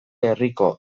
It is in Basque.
herriko